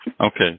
Okay